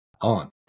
on